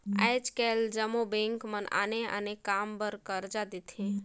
आएज काएल जम्मो बेंक मन आने आने काम बर करजा देथे